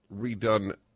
redone